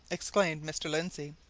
exclaimed mr. lindsey,